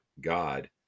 God